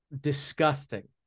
disgusting